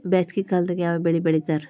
ಬ್ಯಾಸಗಿ ಕಾಲದಾಗ ಯಾವ ಬೆಳಿ ಬೆಳಿತಾರ?